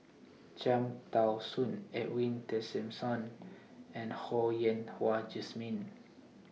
Cham Tao Soon Edwin Tessensohn and Ho Yen Wah Jesmine